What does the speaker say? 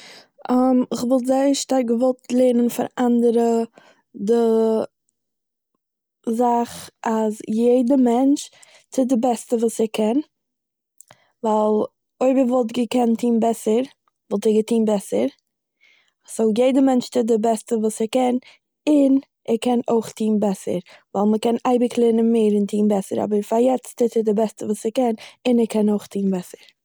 איך וואלט זייער שטארק געוואלט לערנען פאר אנדערע די זאך אז יעדער מענטש טוהט די בעסטע וואס ער קען, ווייל אויב ער וואלט געקענט טוהן בעסער - וואלט ער געטוהן בעסער, סו יעדער מענטש טוהט די בעסטע וואס ער קען און, ער קען אויך טוהן בעסער ווייל מ'קען אייביג לערנען מער און טוהן בעסער אבער פאר יעצט טוהט ער די בעסטע וואס ער קען און ער קען אויך טוהן בעסער